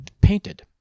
painted